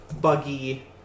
Buggy